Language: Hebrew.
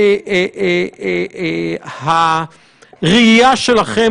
המטרה שהשב"כ לא יהיה באירוע.